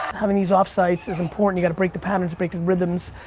having these off-sites is important. you gotta break the patterns, break the rhythms.